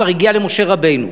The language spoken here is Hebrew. כבר הגיע למשה רבנו.